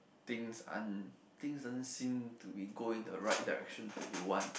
things aren't things doesn't seem to be going the right direction that you want